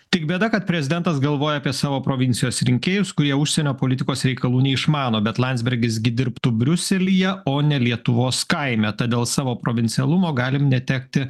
tik bėda kad prezidentas galvoja apie savo provincijos rinkėjus kurie užsienio politikos reikalų neišmano bet landsbergis gi dirbtų briuselyje o ne lietuvos kaime todėl savo provincialumo galim netekti